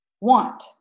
want